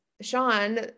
Sean